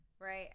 right